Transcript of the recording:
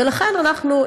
לכן אנחנו,